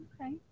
Okay